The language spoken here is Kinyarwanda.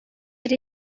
ari